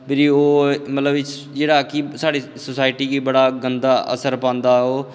फ्ही ओह् मलतब कि साढ़ी सोसाईटी गी बड़ा असर पांदा ओह्